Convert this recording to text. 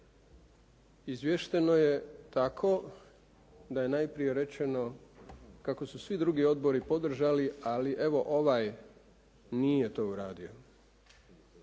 Izvješteno je tako da je najprije rečeno kako su svi drugi odbori podržali, ali evo ovaj nije to uradio.